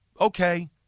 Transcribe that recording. Okay